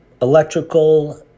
Electrical